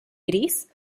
gris